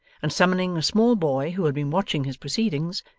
and summoning a small boy who had been watching his proceedings,